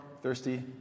Thirsty